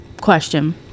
question